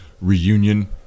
reunion